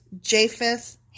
Japheth